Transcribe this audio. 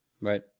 Right